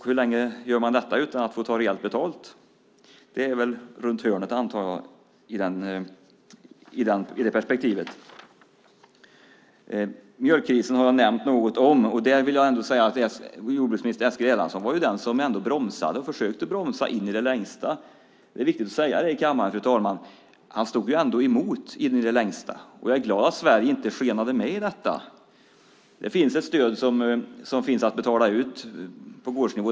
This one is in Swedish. Hur länge gör man detta utan att ta rejält betalt? Sådana krav finns väl runt hörnet, antar jag. Mjölkkrisen har jag nämnt något om. Där vill jag ändå säga att jordbruksminister Eskil Erlandsson var den som bromsade och försökte bromsa in i det längsta. Det är viktigt att säga det i kammaren, fru talman. Han stod emot in i det längsta. Jag är glad att Sverige inte skenade med i detta. Det finns ett stöd att betala ut på gårdsnivå.